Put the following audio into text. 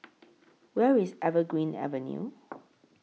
Where IS Evergreen Avenue